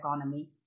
economy